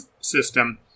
system